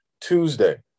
Tuesday